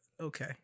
Okay